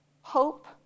hope